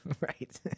Right